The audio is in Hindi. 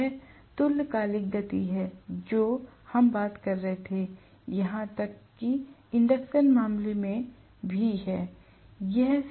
यह तुल्यकालिक गति है जो हम बात कर रहे थे यहां तक कि इंडक्शन मशीन के मामले में भी